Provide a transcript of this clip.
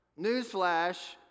Newsflash